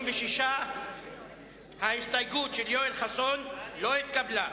56. ההסתייגות של יואל חסון לא התקבלה.